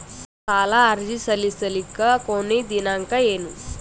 ಸಾಲ ಅರ್ಜಿ ಸಲ್ಲಿಸಲಿಕ ಕೊನಿ ದಿನಾಂಕ ಏನು?